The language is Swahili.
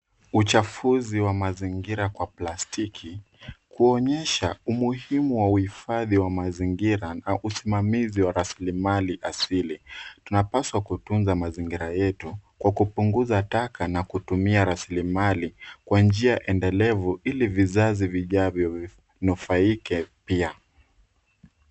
Uchafuzi wa mazingira kwa plastiki kuonyesha umuhimu wa uhifadhi wa mazingira na usimamizi wa raslimli asili. Tunapazwa kutunza mazingira yetu kwa kupunguza taka na kutumia raslimali kwa njia endelevu ili vizazi vijavyo vinufaike pia.